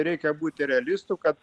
reikia būti realistu kad